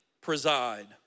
preside